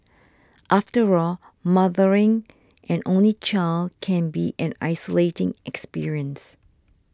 after all mothering an only child can be an isolating experience